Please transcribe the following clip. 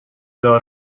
دار